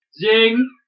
Zing